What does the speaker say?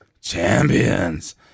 Champions